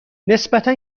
نسبتا